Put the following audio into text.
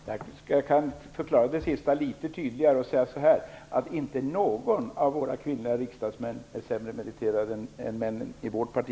Fru talman! Jag kan förklara det sista litet tydligare genom att säga: Inte någon av våra kvinnliga riksdagsmän är sämre meriterad än männen i vårt parti.